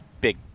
big